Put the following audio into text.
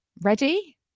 Ready